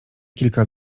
kilka